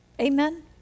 amen